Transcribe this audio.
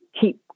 keep